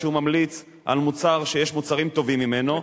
שהוא ממליץ על מוצר שיש מוצרים טובים ממנו,